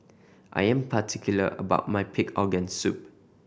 I am particular about my pig organ soup